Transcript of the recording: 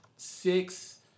Six